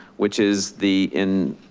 which is the in,